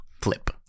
flip